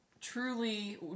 truly